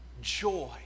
joy